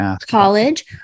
college